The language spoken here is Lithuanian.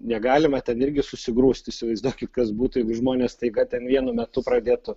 negalima ten irgi susigrūst įsivaizduokit kas būtų jeigu žmonės staiga ten vienu metu pradėtų